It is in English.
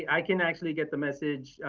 i can actually get the message,